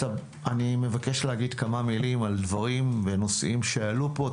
אני מבקש להגיד כמה מילים על דברים ונושאים שעלו פה.